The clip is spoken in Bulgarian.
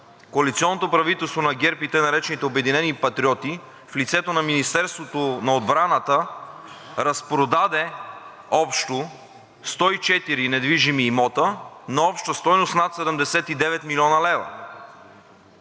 коалиционното правителство на ГЕРБ и така наречените „Обединени патриоти“, в лицето на Министерството на отбраната, разпродаде общо 104 недвижими имота на обща стойност над 79 млн. лв.